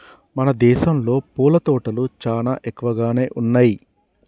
మన దేసంలో పూల తోటలు చానా ఎక్కువగానే ఉన్నయ్యి